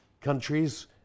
countries